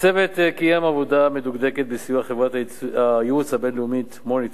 הצוות קיים עבודה מדוקדקת בסיוע חברת הייעוץ הבין-לאומית "מוניטור",